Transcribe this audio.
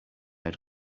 had